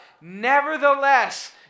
Nevertheless